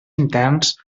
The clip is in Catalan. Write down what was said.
interns